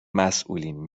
مسئولین